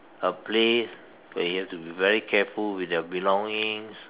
a place where you have to be very careful with your belongings